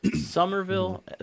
Somerville